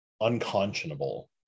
unconscionable